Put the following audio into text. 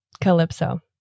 Calypso